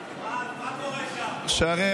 מה עם הזמנים במקלחת?